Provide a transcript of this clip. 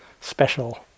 special